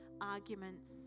arguments